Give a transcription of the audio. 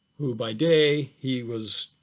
who by day he was